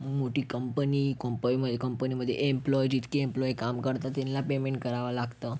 मोठी कंपनी कंपनीमध्ये कंपनीमध्ये एम्प्लॉयी जितके एम्प्लॉयी काम करतात त्यांना पेमेंट करावं लागतं